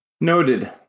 Noted